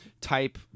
type